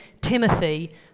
Timothy